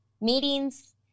meetings